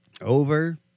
over